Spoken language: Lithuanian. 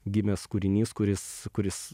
gimęs kūrinys kuris kuris